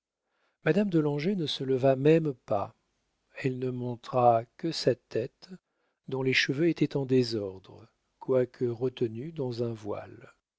madame de langeais ne se leva même pas elle ne montra que sa tête dont les cheveux étaient en désordre quoique retenus dans un voile